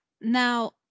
Now